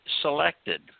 selected